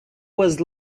was